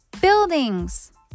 Buildings